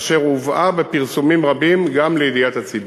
אשר הובאה בפרסומים רבים גם לידיעת הציבור.